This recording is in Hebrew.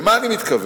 למה אני מתכוון?